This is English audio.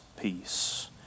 peace